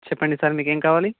చెప్పండి సార్ మీకు ఏమి కావాలి